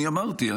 אני אמרתי,